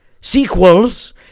sequels